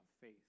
faith